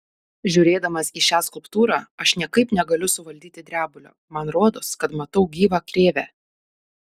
žiūrėdamas į šią skulptūrą aš niekaip negaliu suvaldyti drebulio man rodos kad matau gyvą krėvę